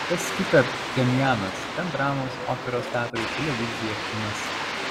kas kita pchenjanas ten dramos operos teatrai televizija kinas